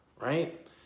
right